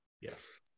yes